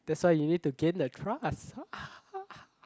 that's why you need to gain the trust